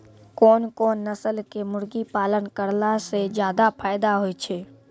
कोन कोन नस्ल के मुर्गी पालन करला से ज्यादा फायदा होय छै?